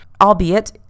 albeit